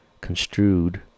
Construed